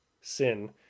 sin